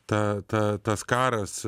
ta ta tas karas